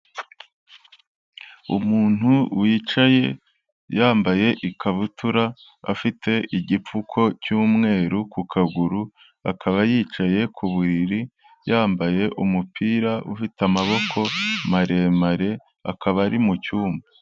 Umuntu wicaye yambaye ikabutura afite igipfuko cy'umweru ku kaguru, akaba yicaye ku buriri yambaye umupira ufite amaboko maremare, akaba ari mu cyumba.